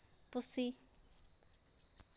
ᱯᱩᱥᱤ